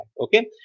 okay